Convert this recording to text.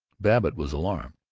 babbitt was alarmed.